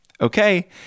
okay